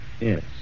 Yes